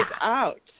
out